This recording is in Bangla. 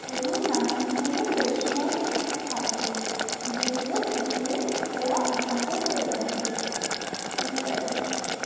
এবং নানান ধরনের রোশনাই থাকে যেগুলো ফুটিয়ে ওরা আনন্দ করে থাকে ইত্যাদি